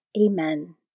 Amen